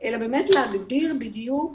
אלא באמת להגדיר בדיוק